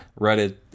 Reddit